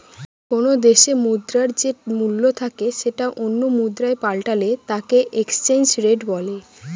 কোনো দেশে মুদ্রার যে মূল্য থাকে সেটা অন্য মুদ্রায় পাল্টালে তাকে এক্সচেঞ্জ রেট বলে